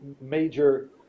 major